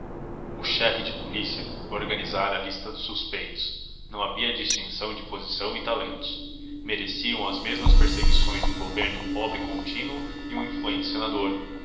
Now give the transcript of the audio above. o chefe de polícia organizara a lista dos suspeitos não havia distinção de posição e talentos mereciam as mesmas perseguições do governo um pobre contínuo e um